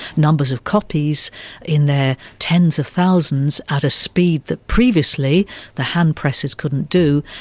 numbers of copies in their tens of thousands, at a speed that previously the hand-presses couldn't do,